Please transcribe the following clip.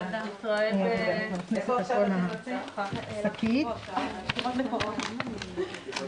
כמובן לשר ולכל הצוות ולכם.